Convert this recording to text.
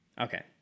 Okay